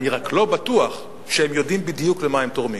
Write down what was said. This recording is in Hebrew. אני רק לא בטוח שהם יודעים בדיוק למה הם תורמים.